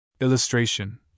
Illustration